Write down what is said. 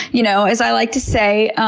you know as i like to say,